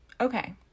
okay